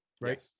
Right